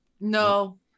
No